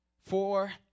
four